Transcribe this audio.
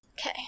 Okay